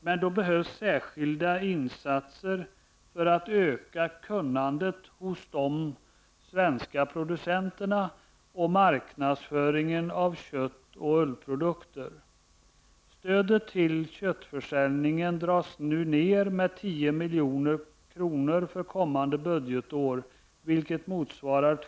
Men då behövs särskilda insatser för att öka kunnandet hos de svenska producenterna. 2 kr. per kilo.